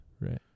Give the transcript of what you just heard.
Right